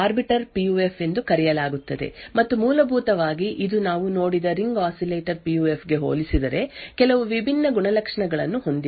ಆದ್ದರಿಂದ ನಾವು ಈಗ ವಿಭಿನ್ನ ರೀತಿಯ ಪಿಯುಎಫ್ ಅನ್ನು ನೋಡುತ್ತೇವೆ ಆದ್ದರಿಂದ ಇದನ್ನು ಆರ್ಬಿಟರ್ ಪಿಯುಎಫ್ ಎಂದು ಕರೆಯಲಾಗುತ್ತದೆ ಮತ್ತು ಮೂಲಭೂತವಾಗಿ ಇದು ನಾವು ನೋಡಿದ ರಿಂಗ್ ಆಸಿಲೇಟರ್ ಪಿಯುಎಫ್ ಗೆ ಹೋಲಿಸಿದರೆ ಕೆಲವು ವಿಭಿನ್ನ ಗುಣಲಕ್ಷಣಗಳನ್ನು ಹೊಂದಿದೆ